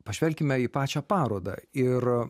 pažvelkime į pačią parodą ir